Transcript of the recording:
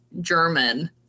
German